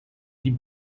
die